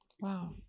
wow